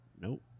Nope